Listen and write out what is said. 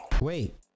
Wait